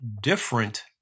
different